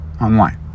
online